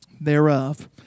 thereof